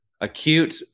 acute